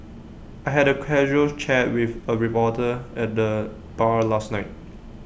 I had A casual chat with A reporter at the bar last night